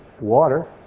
water